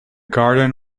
garden